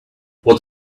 what